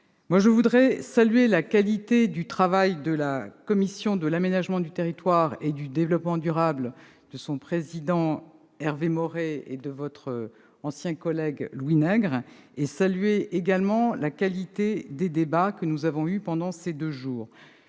sur leur avenir. Je salue la qualité du travail de la commission de l'aménagement du territoire et du développement durable, de son président, Hervé Maurey, et votre ancien collègue Louis Nègre. Je me réjouis également de la qualité des débats que nous avons eus pendant ces deux jours.